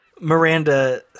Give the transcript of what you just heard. Miranda